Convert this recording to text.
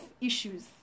issues